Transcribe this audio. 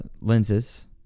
lenses